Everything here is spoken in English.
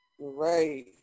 right